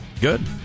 Good